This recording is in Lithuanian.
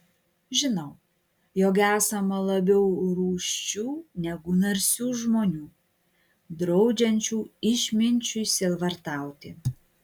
žinau jog esama labiau rūsčių negu narsių žmonių draudžiančių išminčiui sielvartauti